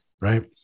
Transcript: right